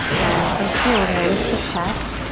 and from here we're going to lift the chest.